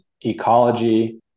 ecology